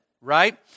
right